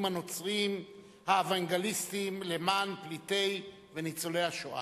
הנוצרים האוונגליסטים למען פליטי וניצולי השואה.